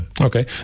Okay